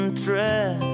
thread